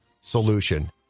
solution